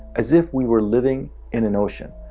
as if we were living in an ocean.